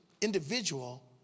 individual